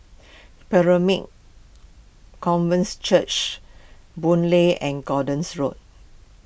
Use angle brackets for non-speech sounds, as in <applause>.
<unintelligible> Covenance Church Boon Lay and Gordons Road